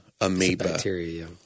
amoeba